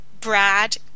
Brad